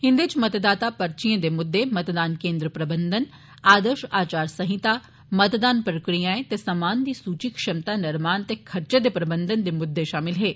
इंदे च मतदाता पर्विएं दे मुद्दे मतदान केंद्र प्रबंधन आदर्श आचार संहिता मतदान प्रक्रियाएं ते समेयान दी सूची क्षमता निर्माण ते खर्चे दे प्रबंधन दे मुद्दे बी शामल हे